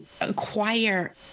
acquire